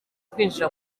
kwinjira